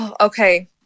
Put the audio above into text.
okay